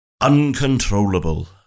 uncontrollable